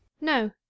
No